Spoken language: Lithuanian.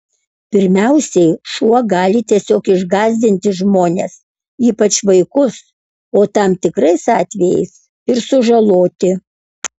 pirmiausiai šuo gali tiesiog išgąsdinti žmones ypač vaikus o tam tikrais atvejais ir sužaloti